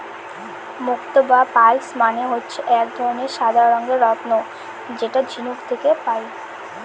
মুক্ত বা পার্লস মানে হচ্ছে এক ধরনের সাদা রঙের রত্ন যেটা ঝিনুক থেকে পায়